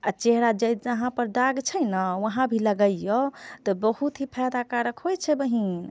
आ चेहरा जहाँ पर दाग छै ने उहाँ भी लगैयो तऽ बहुत ही फैदा कारक होइ छै बहिन